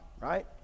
right